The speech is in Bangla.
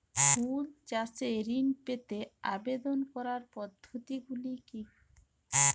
ফুল চাষে ঋণ পেতে আবেদন করার পদ্ধতিগুলি কী?